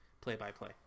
play-by-play